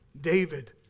David